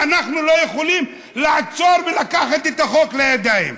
ואנחנו לא יכולים לעצור ולקחת את החוק לידיים.